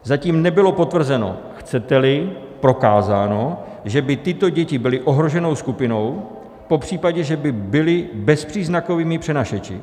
Zatím nebylo potvrzeno, chceteli prokázáno, že by tyto děti byly ohroženou skupinou, popřípadě že by byly bezpříznakovými přenašeči.